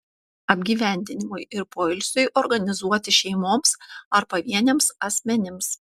apgyvendinimui ir poilsiui organizuoti šeimoms ar pavieniams asmenims